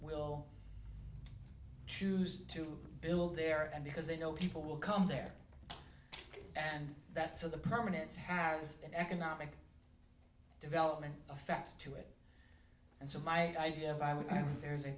will choose to build there and because they know people will come there and that's of the permanence has an economic development effect to it and so my idea if i